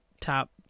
top